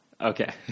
Okay